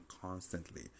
constantly